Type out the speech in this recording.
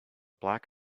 black